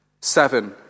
Seven